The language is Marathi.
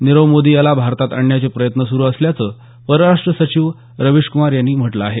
नीरव मोदी याला भारतात आणण्याचे प्रयत्न सुरू असल्याचं परराष्ट्र सचिव रवीशकुमार यांनी म्हटलं आहे